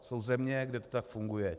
Jsou země, kde to tak funguje.